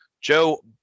Joe